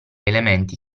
elementi